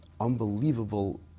unbelievable